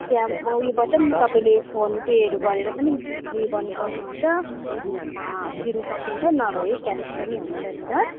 त्यहाँ म उयोबाट तपाईँले फोन पेहरू गरेर पनि उयो गर्नु सक्नुहुन्छ तिर्नु सक्नुहुन्छ नभए क्यास पनि हुन्छ नि ल